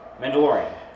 Mandalorian